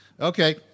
Okay